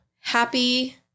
happy